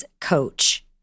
coach